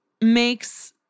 makes